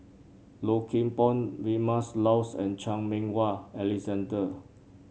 Low Kim Pong Vilma Laus and Chan Meng Wah Alexander